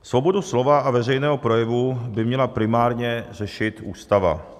Svobodu slova a veřejného projevu by měla primárně řešit Ústava.